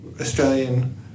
Australian